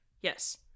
Yes